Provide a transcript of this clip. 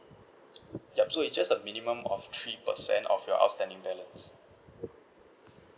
yup so it just a minimum of three percent of your outstanding balance